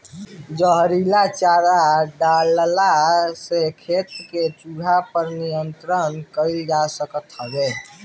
जहरीला चारा डलला से खेत के चूहा पे नियंत्रण कईल जा सकत हवे